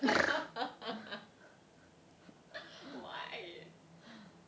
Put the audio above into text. why